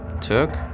took